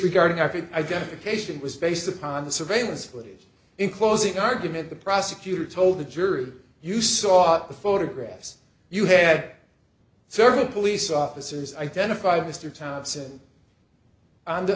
regarding ip identification was based upon the surveillance footage in closing argument the prosecutor told the jury you saw the photographs you had several police officers identified mr townson and